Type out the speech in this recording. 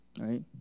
right